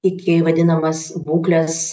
iki vadinamas būkles